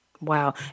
Wow